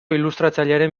ilustratzailearen